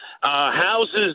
houses